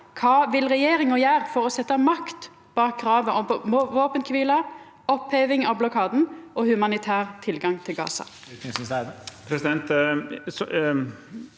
Kva vil regjeringa gjera for å setja makt bak krava om våpenkvile, oppheving av blokaden og humanitær tilgang til Gaza?